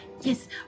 Yes